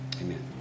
Amen